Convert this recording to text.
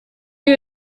you